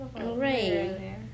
right